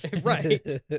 Right